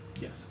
Yes